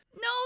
No